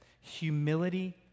humility